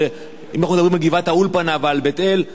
שאם אנחנו מדברים על גבעת-האולפנה ועל בית-אל,